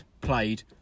played